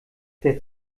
der